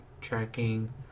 tracking